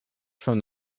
from